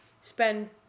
spend